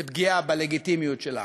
זו פגיעה בלגיטימיות שלה.